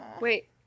Wait